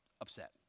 upset